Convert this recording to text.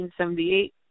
1978